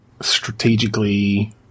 strategically